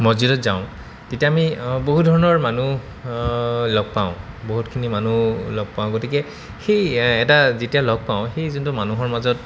মছজিদত যাওঁ তেতিয়া আমি বহু ধৰণৰ মানুহ লগ পাওঁ বহুতখিনি মানুহ লগ পাওঁ গতিকে সেই এটা যেতিয়া লগ পাওঁ সেই যোনটো মানুহৰ মাজত